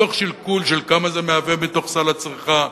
מתוך שיקול של כמה זה מהווה בתוך סל הצריכה,